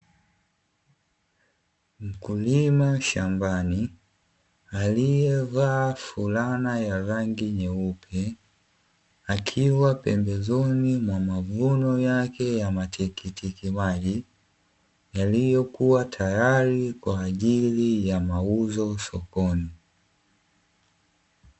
Mkulima shambani aliyevaa fulana ya rangi nyeupe akiwa pembezoni mwa mavuno yake ya matikiti maji, yaliyokuwa tayari kwajili ya mauzo sokoni.